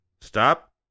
Stop